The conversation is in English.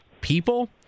people